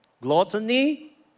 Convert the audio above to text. gluttony